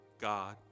God